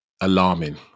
alarming